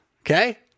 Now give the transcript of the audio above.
okay